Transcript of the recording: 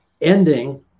ending